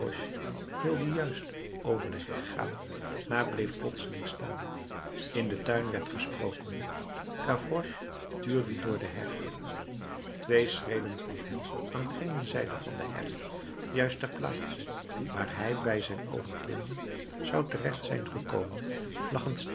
wilde juist over de heg gaan maar bleef plotseling staan in den tuin werd gesproken gavroche tuurde door de heg twee schreden van hem aan gene zijde van de heg juist ter plaatse waar hij bij zijn overklimming zou terecht zijn gekomen